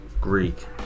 greek